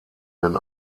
den